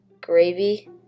gravy